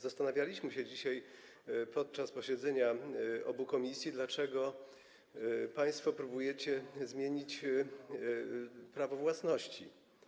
Zastanawialiśmy się dzisiaj podczas posiedzenia obu komisji, dlaczego państwo próbujecie zmienić prawo własności.